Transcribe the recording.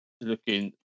looking